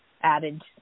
added